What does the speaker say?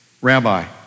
Rabbi